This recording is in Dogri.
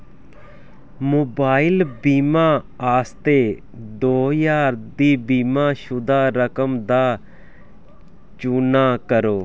मोबाइल बीमा आस्तै दो ज्हार दी बीमा शुदा रकम दा चुनाऽ करो